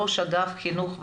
ראש אגף חינוך והכשרה.